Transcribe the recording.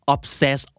Obsess